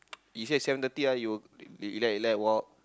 he say seven thirty ah he will relax relax walk